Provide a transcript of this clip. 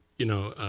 you know,